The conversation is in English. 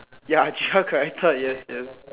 ya extra character yes yes